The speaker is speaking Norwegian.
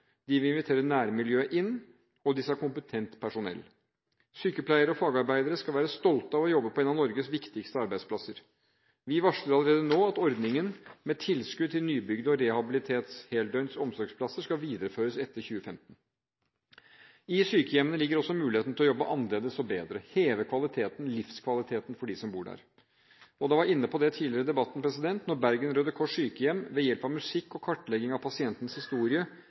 De vil invitere nærmiljøet inn. Og de skal ha kompetent personell. Sykepleiere og fagarbeidere skal være stolte av å jobbe på en av Norges viktigste arbeidsplasser. Vi varsler allerede nå at ordningen med tilskudd til nybygde og rehabiliterte heldøgns omsorgsplasser skal videreføres etter 2015. I sykehjemmene ligger også mulighetene til å jobbe annerledes og bedre, heve livskvaliteten for dem som bor der. Man var inne på tidligere i debatten at når Bergen Røde Kors sykehjem ved hjelp av musikk og kartlegging av pasientenes historie,